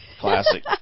classic